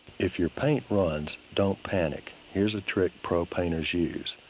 if your paint runs, don't panic. here's a trick pro-painters use.